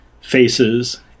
faces